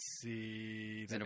see